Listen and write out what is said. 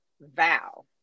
vow